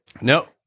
No